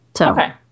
Okay